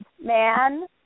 man